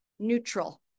Neutral